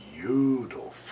beautiful